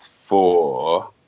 four